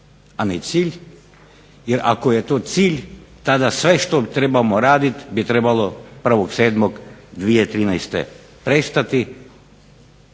a ne cilj, jer ako je to cilj tada sve što trebamo raditi bi trebalo 1. 7. 2013. prestati